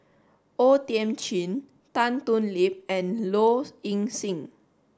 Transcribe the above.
O Thiam Chin Tan Thoon Lip and Low Ing Sing